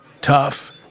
tough